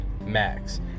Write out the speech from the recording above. max